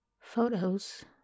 Photos